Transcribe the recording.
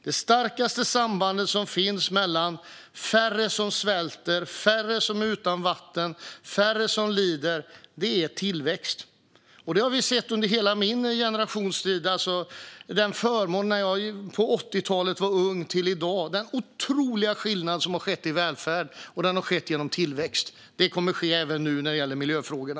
Den starkaste faktorn för färre som svälter, färre som är utan vatten och färre som lider är tillväxt. Det har vi sett under hela min generations tid; jag var ung på 80-talet, och det är en otrolig skillnad i välfärd mellan då och i dag. Det har skett genom tillväxt, och så kommer det att bli även nu när det gäller miljöfrågorna.